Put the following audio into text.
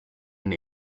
and